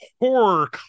horror